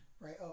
right